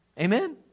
Amen